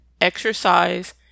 exercise